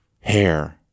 hair